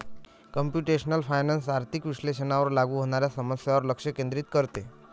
computational finance आर्थिक विश्लेषणावर लागू होणाऱ्या समस्यांवर लक्ष केंद्रित करते